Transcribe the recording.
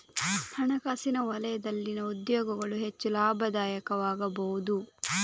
ಹಣಕಾಸಿನ ವಲಯದಲ್ಲಿನ ಉದ್ಯೋಗಗಳು ಹೆಚ್ಚು ಲಾಭದಾಯಕವಾಗಬಹುದು